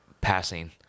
passing